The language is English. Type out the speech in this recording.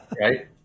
right